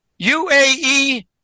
UAE